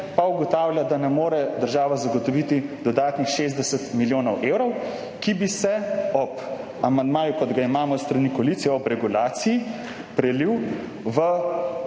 pa ugotavlja, da država ne more zagotoviti dodatnih 60 milijonov evrov, ki bi se ob amandmaju, kot ga imamo s strani koalicije, ob regulaciji prelil v